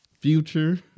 Future